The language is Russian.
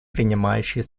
принимающей